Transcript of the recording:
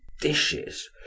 dishes